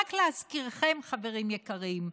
ורק להזכירכם, חברים יקרים: